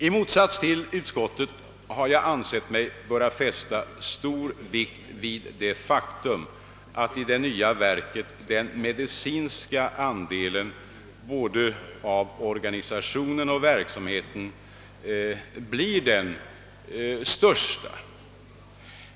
I motsats till utskottet har jag ansett mig böra fästa stor vikt vid det faktum att den medicinska andelen både av organisationen och verksamheten blir den största i det nya verket.